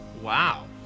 Wow